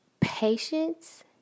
patience